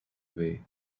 away